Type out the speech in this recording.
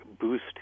boost